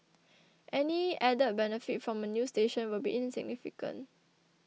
any added benefit from a new station will be insignificant